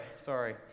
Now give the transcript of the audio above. sorry